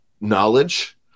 knowledge